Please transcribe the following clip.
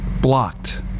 blocked